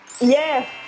Yes